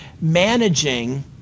Managing